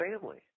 family